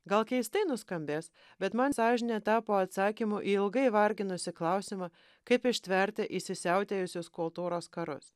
gal keistai nuskambės bet man sąžinė tapo atsakymu į ilgai varginusį klausimą kaip ištverti įsisiautėjusius kultūros karus